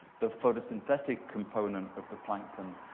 the photosynthetic component of the plankton,